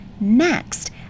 Next